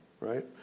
right